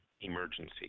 emergency